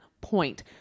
point